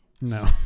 no